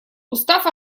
устав